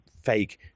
fake